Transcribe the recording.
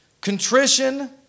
contrition